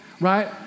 right